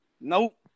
Nope